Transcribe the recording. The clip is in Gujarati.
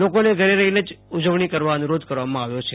લોકોને ઘરે રહીને જ ઉજવણી કૈરવા ૈ નુરોધ કરવામાં આવ્યો છે